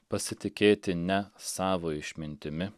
pasitikėti ne savo išmintimi